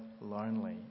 lonely